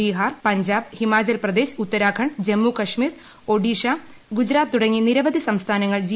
ബിഹാർ പഞ്ചാബ് ഹിമാചൽ പ്രദേശ് ഉത്തരാ ഖണ്ഡ് ജമ്മൂകാശ്മീർ ഒഡീഷ ഗുജറാത്ത് തുടങ്ങി നിരവധി സംസ്ഥാനങ്ങൾ ജി